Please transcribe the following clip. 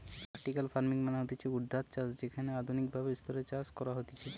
vertical farming মানে হতিছে ঊর্ধ্বাধ চাষ যেখানে আধুনিক ভাবে স্তরে চাষ করা হতিছে